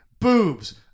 boobs